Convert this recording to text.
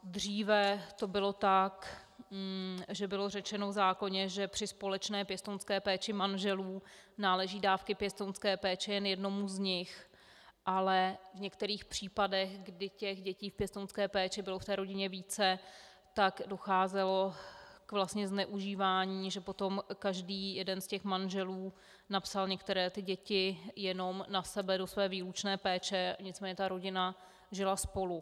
Dříve to bylo tak, že bylo řečeno v zákoně, že při společné pěstounské péči manželů náleží dávky pěstounské péče jen jednomu z nich, ale v některých případech, kdy dětí v pěstounské péči bylo v té rodině více, tak docházelo vlastně ke zneužívání, že potom každý jeden z těch manželů napsal některé děti jenom na sebe, do své výlučné péče, nicméně rodina žila spolu.